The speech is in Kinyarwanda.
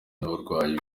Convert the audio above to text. n’uburwayi